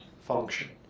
function